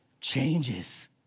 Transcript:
changes